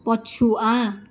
ପଛୁଆ